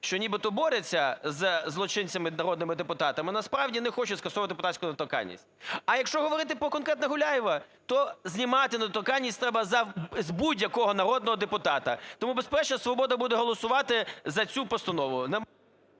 що нібито борються з злочинцями народними депутатами, а насправді не хочуть скасовувати депутатську недоторканність. А якщо говорити конкретно про Дунаєва, то знімати недоторканність треба знімати з будь-якого народного депутата. Тому безперечно "Свобода" буде голосувати за цю постанову…